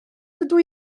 dydw